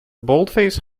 boldface